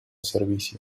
servicio